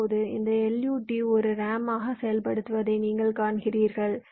இப்போது இந்த LUT ஒரு RAM ஆக செயல்படுத்தப்படுவதை நீங்கள் காண்கிறீர்கள்